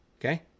Okay